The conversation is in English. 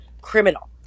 criminal